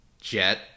jet